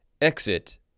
Exit